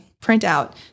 printout